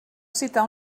citar